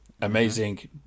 amazing